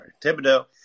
Thibodeau